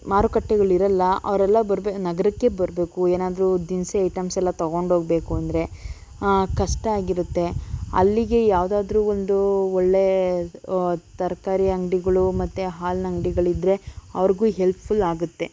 ಮಾರುಕಟ್ಟೆಗಳಿರೋಲ್ಲ ಅವರೆಲ್ಲ ಬರ್ಬೇ ನಗರಕ್ಕೆ ಬರಬೇಕು ಏನಾದರೂ ದಿನಸಿ ಐಟಮ್ಸ್ ಎಲ್ಲ ತೊಗೊಂಡು ಹೋಗ್ಬೇಕು ಅಂದರೆ ಕಷ್ಟ ಆಗಿರುತ್ತೆ ಅಲ್ಲಿಗೆ ಯಾವ್ದಾದರೂ ಒಂದು ಒಳ್ಳೆಯ ತರಕಾರಿ ಅಂಗ್ಡಿಗಳು ಮತ್ತು ಹಾಲಿನ ಅಂಗ್ಡಿಗಳಿದ್ದರೆ ಅವ್ರಿಗೂ ಹೆಲ್ಪ್ಫುಲ್ ಆಗುತ್ತೆ